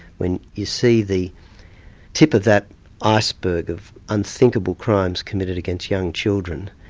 when you see the tip of that iceberg of unthinkable crimes committed against young children,